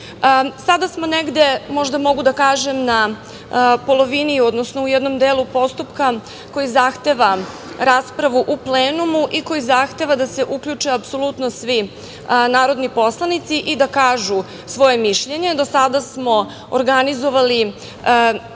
smo negde, možda mogu da kažem, na polovini, odnosno u jednom delu postupka koji zahteva raspravu u plenumu i koji zahteva da se uključe apsolutno svi narodni poslanici i da kažu svoje mišljenje. Do sada smo organizovali